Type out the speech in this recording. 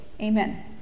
Amen